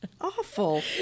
awful